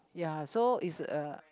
ya so it's a